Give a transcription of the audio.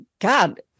God